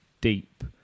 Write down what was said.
deep